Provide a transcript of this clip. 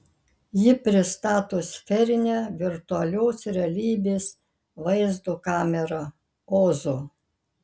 ji pristato sferinę virtualios realybės vaizdo kamerą ozo